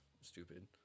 stupid